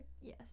Yes